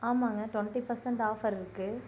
ஆமாங்க twenty percent offer இருக்குது